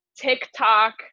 TikTok